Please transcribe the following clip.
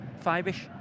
five-ish